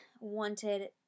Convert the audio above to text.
wanted